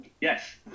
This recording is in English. Yes